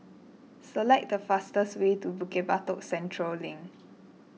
select the fastest way to Bukit Batok Central Link